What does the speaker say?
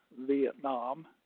Vietnam